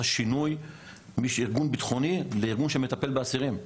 שינוי מארגון ביטחוני לארגון שמטפל באסירים.